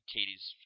Katie's